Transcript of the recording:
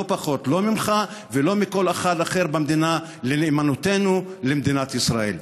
לא פחות ממך ולא פחות מכל אחד אחר במדינה בנאמנותנו למדינת ישראל.